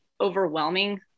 overwhelming